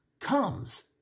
comes